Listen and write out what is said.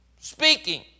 speaking